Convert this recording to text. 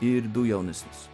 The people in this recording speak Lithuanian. ir du jaunesnius